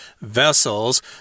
vessels